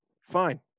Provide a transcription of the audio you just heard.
Fine